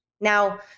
now